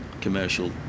commercial